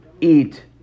eat